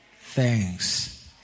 Thanks